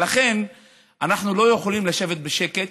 ולכן אנחנו לא יכולים לשבת בשקט